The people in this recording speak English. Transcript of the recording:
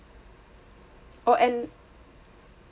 oh and